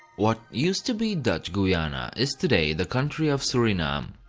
what used to be dutch guiana is today the country of suriname.